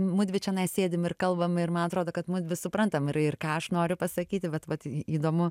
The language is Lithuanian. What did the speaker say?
mudvi čionai sėdim ir kalbam ir man atrodo kad mudvi suprantam ir ir ką aš noriu pasakyti vat vat įdomu